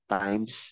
times